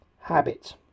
habit